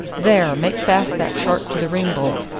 there, make fast that shark to the ring-bolt,